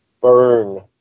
burn